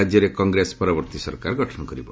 ରାଜ୍ୟରେ କଂଗେସ ପରବର୍ତ୍ତୀ ସରକାର ଗଠନ କରିବ